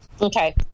okay